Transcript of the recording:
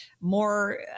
more